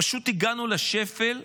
פשוט הגענו לשפל,